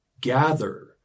gather